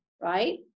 Right